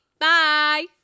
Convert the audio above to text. Bye